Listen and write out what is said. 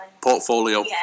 portfolio